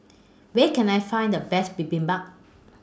Where Can I Find The Best Bibimbap